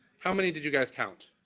how many did you guys count?